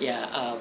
ya uh